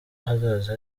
ahazaza